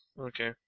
Okay